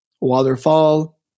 waterfall